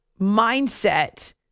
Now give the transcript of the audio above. mindset